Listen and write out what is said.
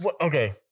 okay